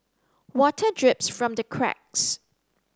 water drips from the cracks